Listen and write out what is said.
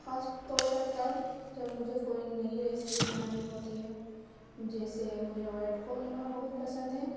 خاص طور پر تب جب مجھے کوئی نئی ریسیپی بنانی ہوتی ہے جیسے مجھے وائٹ قورمہ بہت پسند ہے